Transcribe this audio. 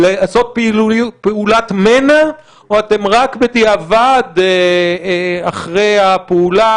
עושים פעולת מנע או שאתם רק בדיעבד אחרי הפעולה